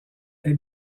est